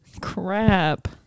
Crap